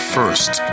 First